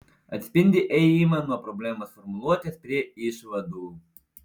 atspindi ėjimą nuo problemos formuluotės prie išvadų